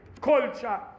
culture